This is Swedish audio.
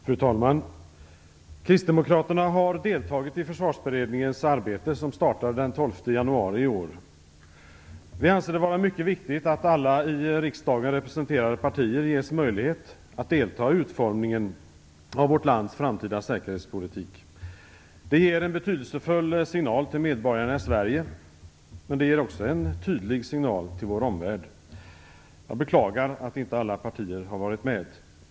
Fru talman! Kristdemokraterna har deltagit i Försvarsberedningens arbete, som startade den 12 januari i år. Vi anser det vara mycket viktigt att alla i riksdagen representerade partier ges möjlighet att delta i utformningen av vårt lands framtida säkerhetspolitik. Det ger en betydelsefull signal till medborgarna i Sverige. Det ger också en tydlig signal till vår omvärld. Jag beklagar att inte alla partier har varit med.